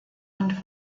und